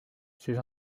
ces